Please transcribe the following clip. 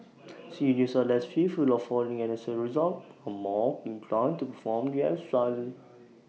seniors are less fearful of falling and as A result are more inclined to perform their exercises